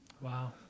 Wow